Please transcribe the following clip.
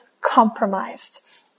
compromised